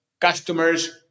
customers